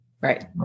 Right